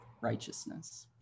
righteousness